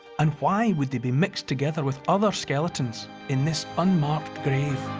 and why would they be mixed together with other skeletons in this unmarked grave?